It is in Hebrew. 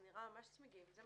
זה נראה ממש צמיגים.